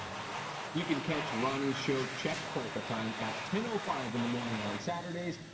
you can catch ronnie's show czech polka time at ten ah five in the morning on saturdays,